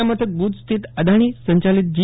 જીલ્લા મથક ભુજ સ્થિત અદાણી સંચાલિત જી